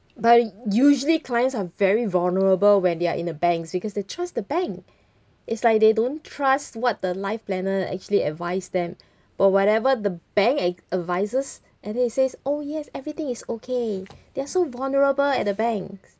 but usually clients are very vulnerable when they are in the banks because they trust the bank it's like they don't trust what the life planner actually advise them but whatever the bank ad~ advises and then they says oh yes everything is okay they are so vulnerable at the bank